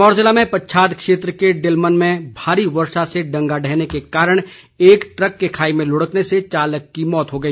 सिरमौर ज़िले में पच्छाद क्षेत्र के डिलमन में भारी वर्षा से डंगा ढहने के कारण एक ट्रक के खाई में लुढ़कने से चालक की मौत हो गई